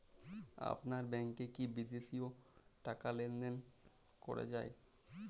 আপনার ব্যাংকে কী বিদেশিও টাকা লেনদেন করা যায়?